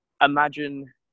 imagine